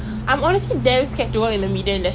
minimum two weeks lah